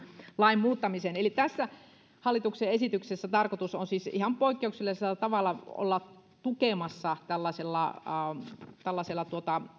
lain muuttamiseen tässä hallituksen esityksessä tarkoitus on siis ihan poikkeuksellisella tavalla olla tukemassa tällaisella tällaisella